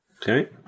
Okay